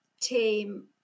team